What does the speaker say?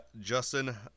Justin